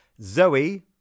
Zoe